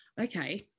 Okay